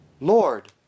Lord